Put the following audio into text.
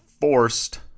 forced